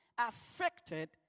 affected